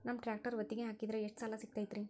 ನಮ್ಮ ಟ್ರ್ಯಾಕ್ಟರ್ ಒತ್ತಿಗೆ ಹಾಕಿದ್ರ ಎಷ್ಟ ಸಾಲ ಸಿಗತೈತ್ರಿ?